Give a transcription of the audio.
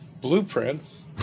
blueprints